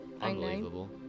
unbelievable